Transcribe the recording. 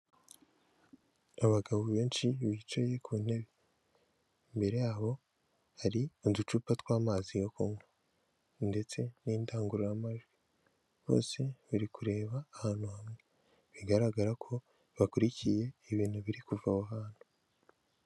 Abagabo benshi bicaye ku ntebe imbere yabo hari uducupa tw'amazi yo kunywa ndetse n'indangururamajwi bose bari kureba ahantu hamwe bigaragara ko bakurikiye ibintu biri kuva aho hantu.